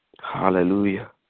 Hallelujah